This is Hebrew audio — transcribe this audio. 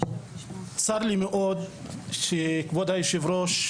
צר לי מאוד שכבוד היושב ראש,